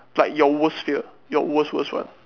like your worst fear your worst worst one